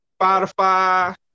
Spotify